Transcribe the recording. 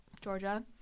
Georgia